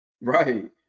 Right